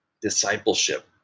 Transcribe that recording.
discipleship